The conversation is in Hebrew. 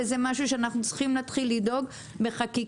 וזה משהו שאנחנו צריכים להתחיל לדאוג בחקיקה.